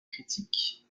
critiques